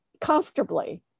comfortably